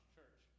Church